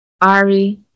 Ari